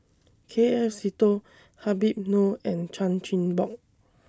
K F Seetoh Habib Noh and Chan Chin Bock